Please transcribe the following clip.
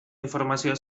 informazioa